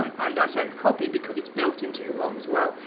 um and i say copy, because it's built into the rom as well,